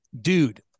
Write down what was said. dude